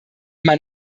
man